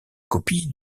copies